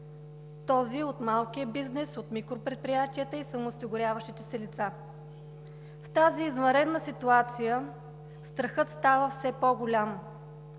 тези от малкия бизнес, от микропредприятията и самоосигуряващите се лица. В тази извънредна ситуация страхът става все по-голям,